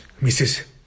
Mrs